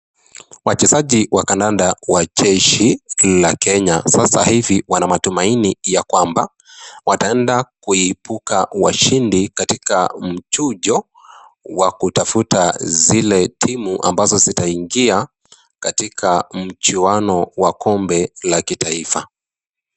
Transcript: Wachezaji wa kandanda wa jeshi la Kenya, sasa hivi wana matumaini ya kwamba, wataenda kuibuka washindi katika mchujo, wa kutafuta zile timu ambazo, zitaingia katika mchuano wa kombe la kitaifa.